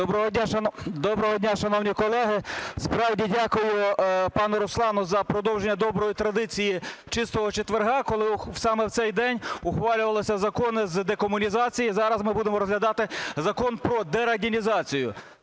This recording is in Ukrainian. Доброго дня, шановні колеги! Справді, дякую пану Руслану за продовження доброї традиції Чистого четверга, коли саме в цей день ухвалювалися закони з декомунізації, зараз ми будемо розглядати Закон про дерадянізацію.